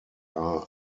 are